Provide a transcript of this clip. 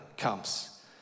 comes